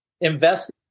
Invest